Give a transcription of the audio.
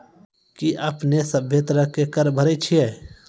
कि अपने सभ्भे तरहो के कर भरे छिये?